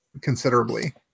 considerably